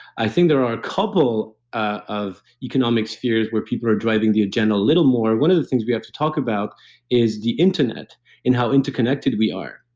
i think there are a couple ah of economic spheres were people are driving the agenda a little more. one of the things we have to talk about is the internet and how interconnected we are.